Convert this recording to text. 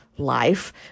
life